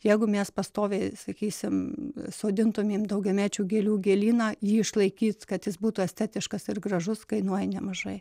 jeigu mes pastoviai sakysim sodintumėm daugiamečių gėlių gėlyną jį išlaikyt kad jis būtų estetiškas ir gražus kainuoja nemažai